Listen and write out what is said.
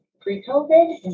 pre-COVID